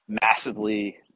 massively